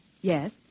Yes